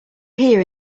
here